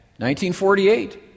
1948